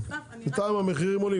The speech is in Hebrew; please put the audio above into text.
בינתיים המחירים עולים.